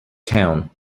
town